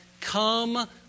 come